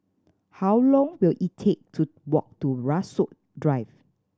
how long will it take to walk to Rasok Drive